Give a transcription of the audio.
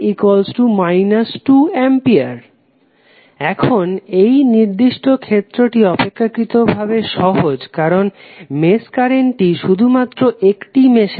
Refer Slide Time 1731 এখন এই নির্দিষ্ট ক্ষেত্র টি অপেক্ষাকৃতভাবে সহজ কারণ মেশ কারেন্টটি শুধু মাত্র একটি মেশ এই